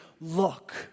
look